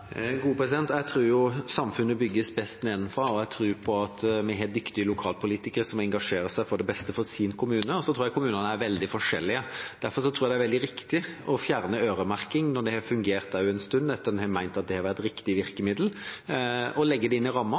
Jeg tror samfunnet bygges best nedenfra, og jeg tror vi har dyktige lokalpolitikere som engasjerer seg for det beste i sin kommune. Og så er kommunene veldig forskjellige. Derfor tror jeg det er veldig viktig å fjerne øremerking når det har fungert en stund etter at en har ment at det har vært riktig virkemiddel, og legge det inn i